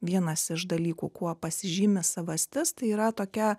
vienas iš dalykų kuo pasižymi savastis tai yra tokia